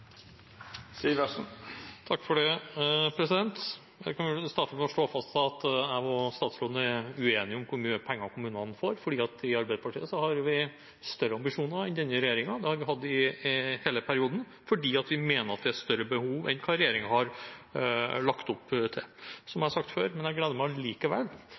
Jeg kan vel starte med å slå fast at statsråden og jeg er uenige om hvor mye penger kommunene får. I Arbeiderpartiet har vi større ambisjoner enn denne regjeringen. Det har vi hatt i hele perioden, for vi mener det er større behov enn hva regjeringen har lagt opp til. Som jeg har sagt før, gleder jeg meg